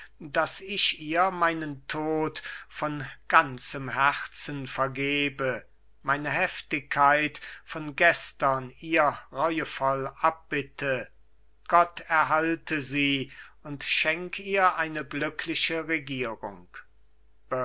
daß ich ihr meinen tod von ganzem herzen vergebe meine heftigkeit von gestern ihr reuevoll abbitte gott erhalte sie und schenk ihr eine glückliche regierung